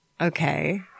okay